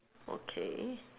okay